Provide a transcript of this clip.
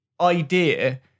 Idea